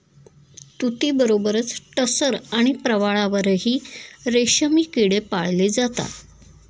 तुतीबरोबरच टसर आणि प्रवाळावरही रेशमी किडे पाळले जातात